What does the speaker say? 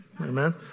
amen